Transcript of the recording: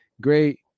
great